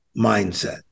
mindset